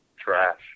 trash